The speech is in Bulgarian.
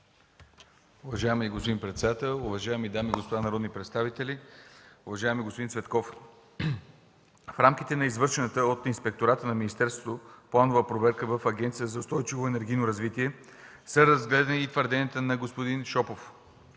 Уважаеми господин председател, уважаеми дами и господа народни представители! Уважаеми господин Цветков, в рамките на извършената от Инспектората на министерството планова проверка в Агенцията за устойчиво енергийно развитие (АУЕР) са разгледани твърденията на господин Шопов,